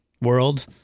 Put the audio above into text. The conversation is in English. world